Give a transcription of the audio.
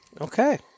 Okay